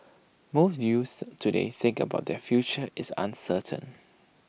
most youths today think about their future is uncertain